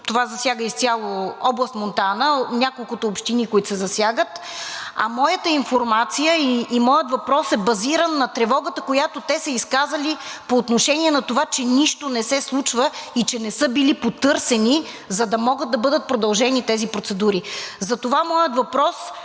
това засяга изцяло област Монтана, няколкото общини, които се засягат. А моята информация и моят въпрос е базиран на тревогата, която те са изказали по отношение на това, че нищо не се случва и че не са били потърсени, за да могат да бъдат продължени тези процедури. Затова моят въпрос